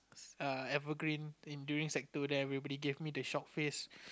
err Evergreen in during sec two then everybody gave me the shock face